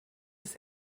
bis